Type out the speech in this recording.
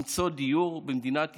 למצוא דיור במדינת ישראל.